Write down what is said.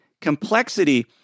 complexity